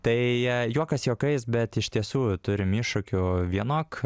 tai juokas juokais bet iš tiesų turim iššūkių vienok